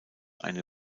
eine